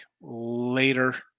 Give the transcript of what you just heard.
later